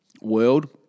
world